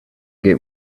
get